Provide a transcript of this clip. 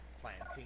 planting